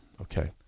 Okay